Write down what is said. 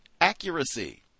accuracy